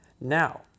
Now